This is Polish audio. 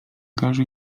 każą